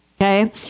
Okay